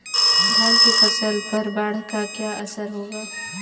धान की फसल पर बाढ़ का क्या असर होगा?